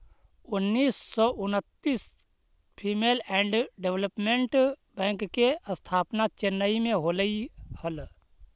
उन्नीस सौ उन्नितिस फीमेल एंड डेवलपमेंट बैंक के स्थापना चेन्नई में होलइ हल